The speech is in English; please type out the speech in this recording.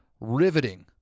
riveting